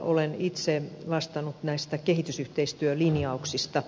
olen itse vastannut näistä kehitysyhteistyölinjauksista